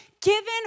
given